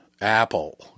Apple